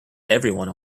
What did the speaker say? everyone